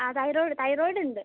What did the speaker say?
ആ thyroid thyroid ഉണ്ട്